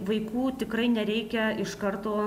vaikų tikrai nereikia iš karto